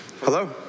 Hello